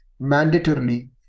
mandatorily